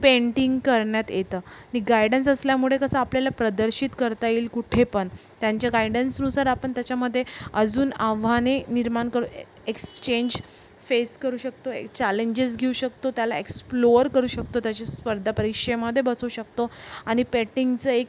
painting करण्यात येतं नि गायडन्स असल्यामुळे कसं आपल्याला प्रदर्शित करता येईल कुठे पण त्यांच्या गायन्डन्सनुसार आपण त्याच्यामध्ये अजून आव्हाने निर्माण करू एक्स्चेंज फेस करू शकतो ए चॅलेंजेस घेऊ शकतो त्याला एक्स्प्लोअर करू शकतो तसेच स्पर्धा परीक्षेमध्ये बसू शकतो आणि पेटिंगचं एक